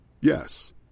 Yes